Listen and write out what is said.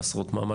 חסרות מעמד,